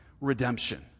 redemption